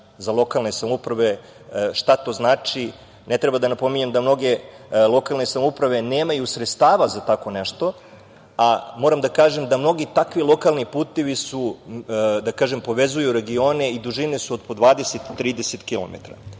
za lokalne samouprave šta to znači, ne treba da napominjem da mnoge lokalne samouprave nemaju sredstava za tako nešto, a moram da kažem da mnogi takvi lokalni putevi povezuju regione i dužine su od po 20, 30 kilometara. Srbija